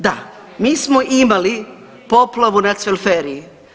Da, mi smo imali poplavu na Cvelferiji.